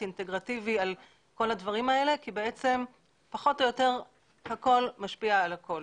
אינטגרטיבי על הדברים האלה כי פחות או יותר הכול משפיע על הכול.